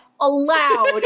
allowed